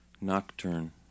nocturne